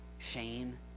Shame